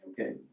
Okay